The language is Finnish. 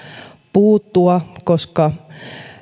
puuttua koska